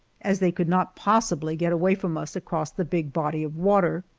as they could not possibly get away from us across the big body of water.